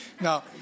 Now